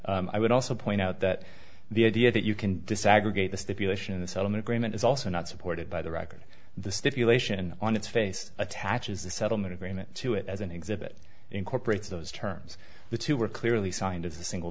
i would also point out that the idea that you can disaggregate the stipulation in the settlement agreement is also not supported by the record the stipulation on its face attaches the settlement agreement to it as an exhibit incorporates those terms the two were clearly signed as a single